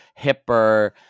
hipper